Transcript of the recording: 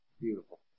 Beautiful